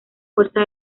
fuerza